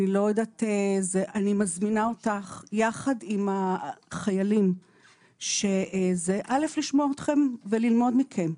אני מזמינה אותך יחד עם החיילים לשמוע אתכם וללמוד מכם.